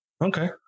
Okay